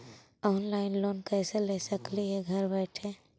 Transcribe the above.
Online loan कैसे ले सकली हे घर बैठे?